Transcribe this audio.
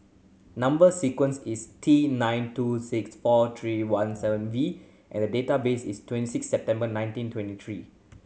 number sequence is T nine two six four three one seven V and date of birth is twenty six September nineteen twenty three